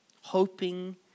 hoping